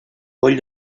poll